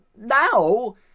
now